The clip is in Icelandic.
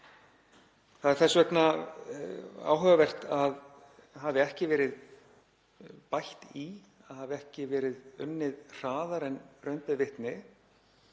Það er þess vegna áhugavert að ekki hafi verið bætt í, ekki hafi verið unnið hraðar en raun ber vitni,